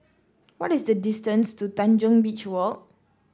what is the distance to Tanjong Beach Walk